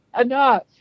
Enough